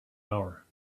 hour